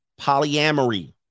polyamory